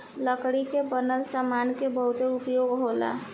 लकड़ी के बनल सामान के बहुते उपयोग होला